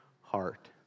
heart